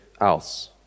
else